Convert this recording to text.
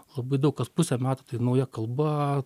labai daug kas pusę metų tai nauja kalba